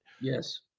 Yes